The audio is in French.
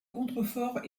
contreforts